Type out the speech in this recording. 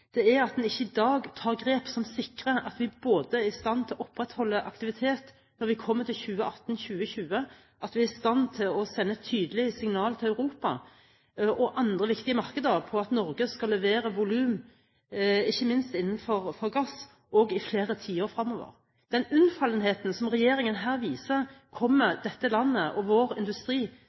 regjeringen går for en utsettelse, er at man ikke i dag tar grep som sikrer at vi både er i stand til å opprettholde aktivitet når vi kommer til 2018 og 2020, og at vi er i stand til å sende tydelige signaler til Europa og andre viktige markeder om at Norge skal levere volum ikke minst innenfor gass, i flere tiår fremover. Den unnfallenheten som regjeringen her viser, kommer dette landet og vår industri